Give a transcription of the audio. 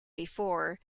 before